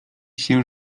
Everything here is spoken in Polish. się